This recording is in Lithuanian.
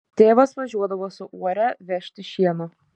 tėvas važiuodavo su uore vežti šieno